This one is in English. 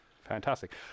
Fantastic